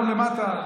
יום למטה.